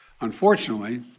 Unfortunately